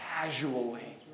casually